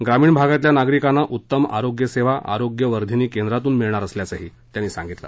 ग्रामीण भागातल्या नागरिकांना उत्तम आरोग्यसेवा आरोग्य वर्धिनी केंद्रातून मिळणार असल्याचंही त्यांनी सांगितलं